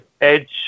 Edge